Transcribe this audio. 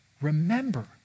remember